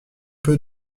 peu